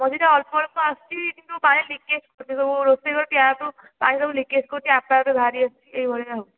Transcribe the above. ଅବିକା ଅଳ୍ପ ଅଳ୍ପ ଆସୁଛି କିନ୍ତୁ ବହେ ଲିକେଜ୍ ସେ ଯେଉଁ ରୋଷେଇ ଘର ଟ୍ୟାପରୁ ପାଣି ସବୁ ଲିକେଜ୍ କରୁଛି ଆପେ ଆପେ ବାହାରି ଆସୁଛି ଏହି ଭଳିଆ ହେଉଛି